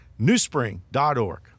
newspring.org